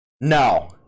no